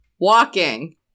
walking